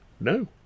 no